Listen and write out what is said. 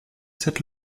cette